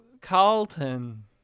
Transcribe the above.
Carlton